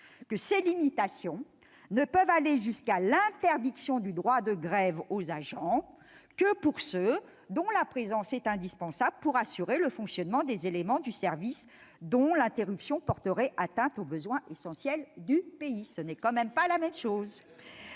que « ces limitations [ne] peuvent aller jusqu'à l'interdiction du droit de grève aux agents » que pour ceux « dont la présence est indispensable pour assurer le fonctionnement des éléments du service dont l'interruption porterait atteinte aux besoins essentiels du pays ». Ce n'est quand même pas la même chose